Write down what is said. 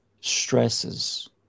stresses